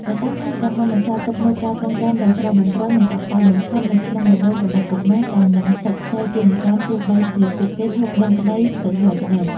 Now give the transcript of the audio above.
ប៉ុន្តែថែមទាំងបានបន្សល់ទុកនូវការចងចាំដ៏ស្រស់បំព្រង និងកក់ក្តៅបំផុតនៅក្នុងបេះដូងរបស់កុមារ ដែលនឹងស្ថិតស្ថេរជានិរន្តរ៍ទោះបីជាពួកគេធំដឹងក្តីទៅហើយក្តី។